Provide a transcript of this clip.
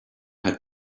had